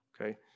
okay